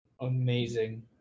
Amazing